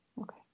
Okay